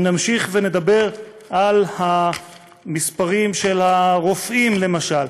אם נמשיך ונדבר על המספרים של הרופאים, למשל,